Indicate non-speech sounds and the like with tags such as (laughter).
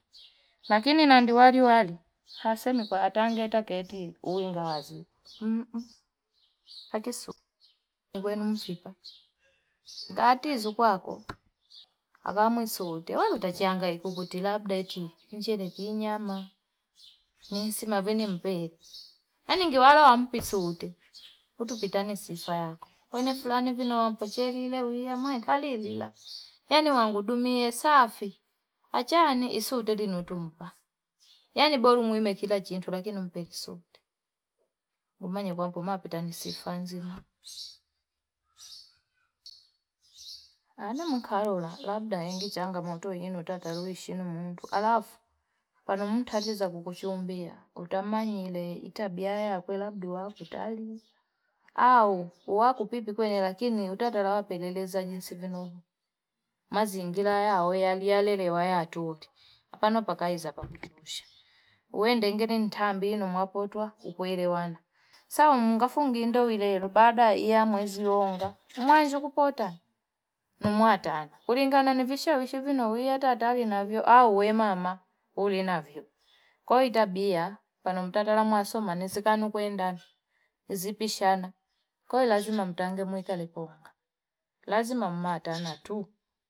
Lakini nandi wali wali hasemi kwa atangeta keti uwingaazi mmm! patisu igwenu mfipa ngatizokwako agamwisoote utachia angaike kuti labda eti nche nikuinyama ni nsima ve mpe yaningewala nampi suuti utupitane sifaa yako pene fulani vine wa mpecheli ile wiya mwenga kalilila yani wangu dumie safii achani isutedi nutumpa yani bora umuime kila chintu lakini umpe isute. Mwimani kwa mpumapita nisifanzi. Anamu nkarola. Labda ngichanga moto inu, utataro ishinu mumutu. Alafu, panumutatiza kukuchumbia. Utamani hile itabiaya. Kwe labdi wakutali. Awu, wakupipi kwenye. Lakini, utatara wapeleleza jinsi binomu. Mazi ingila yawelelelewa ya tuuti. Hapana wapakaiza wapakuchumusha. (noise) Uwende ngeni nintambi inu mwapotwa. Kukuelewana Sawa, mungafungi inda ulelo. Bada ya mwezi wonga. Mwanjuku pota. Nomuatana. Ulingana nivisha wishivino. Uwe, utatari navyo. Awe, mama. Ulinavyo. Koi itabiya, panumutatara mwasoma. Nizikanu kwendana. Nizipishana. Koi lazima mutange mwikaliponga. Lazima mwatana tuu.